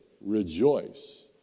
rejoice